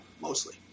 mostly